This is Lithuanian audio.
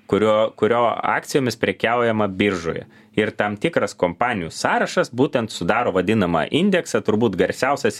kurio kurio akcijomis prekiaujama biržoje ir tam tikras kompanijų sąrašas būtent sudaro vadinamą indeksą turbūt garsiausias